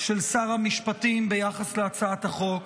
של שר המשפטים ביחס להצעת החוק,